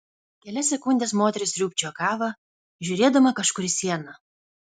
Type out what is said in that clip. kelias sekundes moteris sriūbčiojo kavą žiūrėdama kažkur į sieną